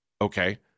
Okay